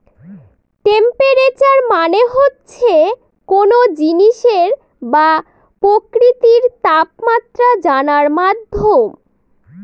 temperature মানে হচ্ছে কোনো জিনিসের বা প্রকৃতির তাপমাত্রা জানার মাধ্যম